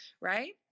right